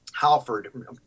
Halford